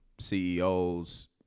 CEOs